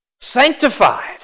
Sanctified